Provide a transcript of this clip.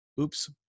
oops